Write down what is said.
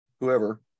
whoever